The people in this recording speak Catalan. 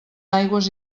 aigües